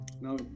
now